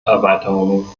erweiterungen